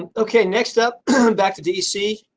and okay next up back to d. c.